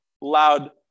loud